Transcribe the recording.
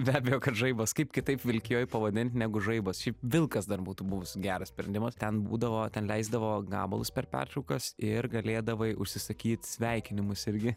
be abejo kad žaibas kaip kitaip vilkijoj pavadint negu žaibas šiaip vilkas dar būtų buvus geras sprendimas ten būdavo ten leisdavo gabalus per pertraukas ir galėdavai užsisakyt sveikinimus irgi